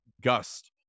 gust